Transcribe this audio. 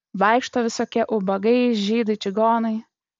vaikšto visokie ubagai žydai čigonai